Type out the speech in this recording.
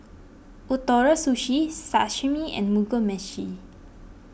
Ootoro Sushi Sashimi and Mugi Meshi